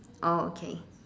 oh okay